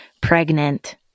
pregnant